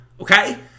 okay